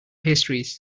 pastries